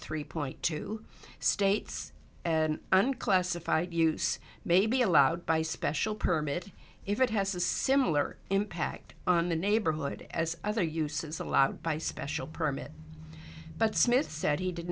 three point two states and unclassified use may be allowed by special permit if it has a similar impact on the neighborhood as other uses allowed by special permit but smith said he did